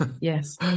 Yes